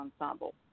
ensemble